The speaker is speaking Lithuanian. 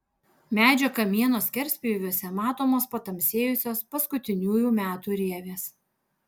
medžio kamieno skerspjūviuose matomos patamsėjusios paskutiniųjų metų rievės